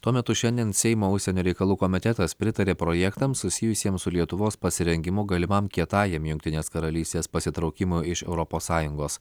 tuo metu šiandien seimo užsienio reikalų komitetas pritarė projektams susijusiems su lietuvos pasirengimu galimam kietajam jungtinės karalystės pasitraukimui iš europos sąjungos